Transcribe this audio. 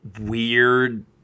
weird